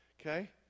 Okay